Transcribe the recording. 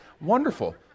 wonderful